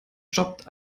jobbt